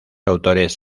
autores